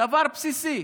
דבר בסיסי.